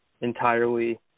entirely